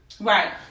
right